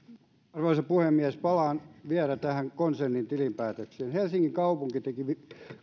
arvoisa puhemies palaan vielä tähän konsernin tilinpäätökseen helsingin kaupunki teki